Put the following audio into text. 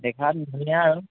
দেখাত ধুনীয়া আৰু